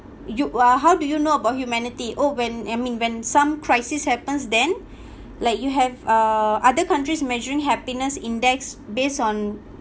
you uh how do you know about humanity oh when I mean when some crisis happens then like you have uh other countries measuring happiness index based on